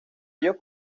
ellos